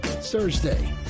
Thursday